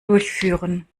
durchführen